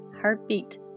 heartbeat